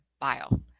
bio